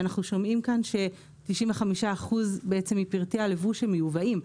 ואנחנו שומעים כאן ש-95% מפרטי הלבוש מיובאים.